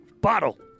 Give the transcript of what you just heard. bottle